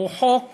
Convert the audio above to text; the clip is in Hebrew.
הוא חוק